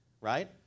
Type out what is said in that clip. right